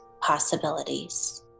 possibilities